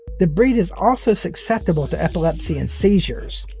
the breed is also susceptible to epilepsy and seizures,